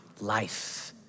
life